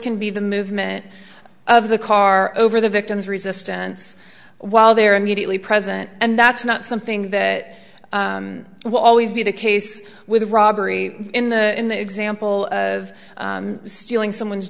can be the movement of the car over the victim's resistance while they're immediately present and that's not something that will always be the case with a robbery in the in the example of stealing someone's